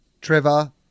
Trevor